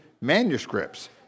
manuscripts